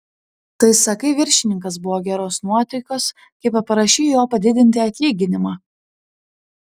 tai sakai viršininkas buvo geros nuotaikos kai paprašei jo padidinti atlyginimą